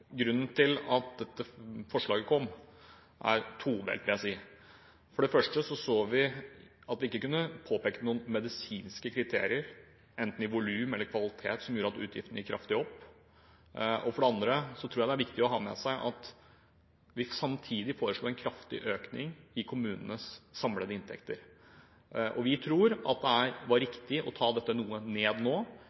si. For det første så vi at vi ikke kunne påpeke noen medisinske kriterier, verken i volum eller i kvalitet, som gjorde at utgiftene gikk kraftig opp. For det andre tror jeg det er viktig å ha med seg at vi samtidig foreslo en kraftig økning i kommunenes samlede inntekter. Vi tror det var riktig å ta dette noe ned nå,